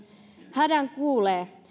hädän kuulee